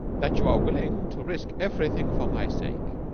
that you are willing to risk everything for my sake.